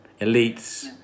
elites